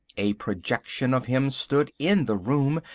a projection of him stood in the room,